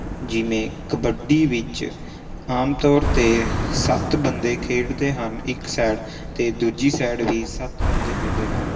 ਜਿਵੇਂ ਕਬੱਡੀ ਵਿੱਚ ਆਮ ਤੌਰ 'ਤੇ ਸੱਤ ਬੰਦੇ ਖੇਡਦੇ ਹਨ ਇੱਕ ਸਾਈਡ ਅਤੇ ਦੂਜੀ ਸਾਈਡ ਵੀ ਸੱਤ ਬੰਦੇ ਹੁੰਦੇ ਹਨ